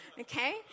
okay